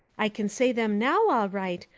i can say them now all right.